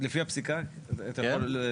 לפי הפסיקה, אתה יכול.